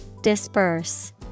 Disperse